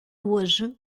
hoje